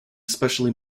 specially